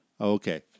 okay